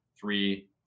three